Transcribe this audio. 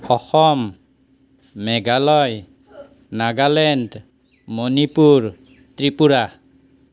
Assam Meghalaya Nagaland Manipur Tripura